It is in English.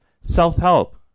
Self-help